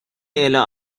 الا